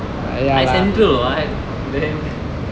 I central [what] then